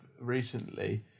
recently